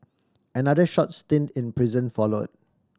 another short stint in prison followed